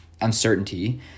uncertainty